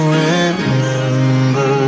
remember